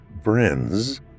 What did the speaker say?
friends